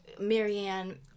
Marianne